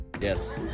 Yes